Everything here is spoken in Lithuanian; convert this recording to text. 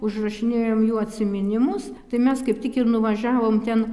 užrašinėjom jų atsiminimus tai mes kaip tik ir nuvažiavom ten